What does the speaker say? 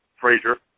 Frazier